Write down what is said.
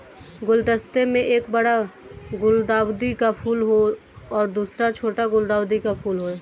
गुलदस्ते में एक बड़ा गुलदाउदी का फूल और दूसरा छोटा गुलदाउदी का फूल है